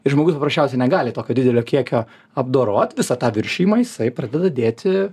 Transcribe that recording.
ir žmogus paprasčiausiai negali tokio didelio kiekio apdorot visą tą viršijimą jisai pradeda dėti